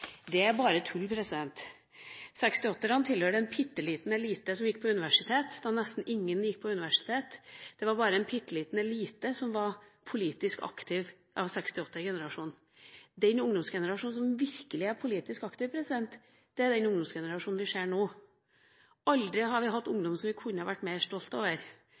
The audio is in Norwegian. det store, engasjerte ungdomskullet. Det er bare tull. 68-erne tilhører en bitte liten elite som gikk på universitet da nesten ingen gikk på universitet. Det var bare en bitte liten elite som var politisk aktiv av 68-generasjonen. Den ungdomsgenerasjonen som virkelig er politisk aktiv, er den ungdomsgenerasjonen vi har nå. Aldri har vi hatt ungdom som vi kunne vært mer